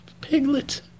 piglet